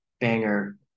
banger